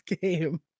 game